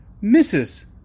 misses